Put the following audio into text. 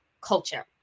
culture